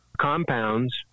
compounds